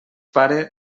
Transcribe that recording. pare